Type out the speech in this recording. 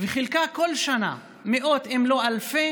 וחילקה כל שנה מאות אם לא אלפי